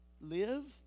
Live